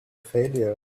failure